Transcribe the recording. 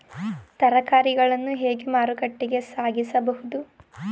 ತರಕಾರಿಗಳನ್ನು ಹೇಗೆ ಮಾರುಕಟ್ಟೆಗೆ ಸಾಗಿಸಬಹುದು?